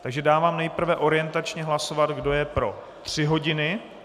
Takže dávám nejprve orientačně hlasovat, kdo je pro tři hodiny.